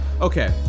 Okay